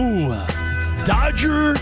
Dodger